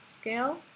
scale